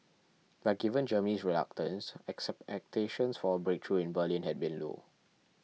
but given Germany's reluctance for a breakthrough in Berlin had been low